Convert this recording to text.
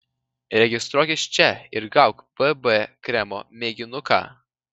registruokis čia ir gauk bb kremo mėginuką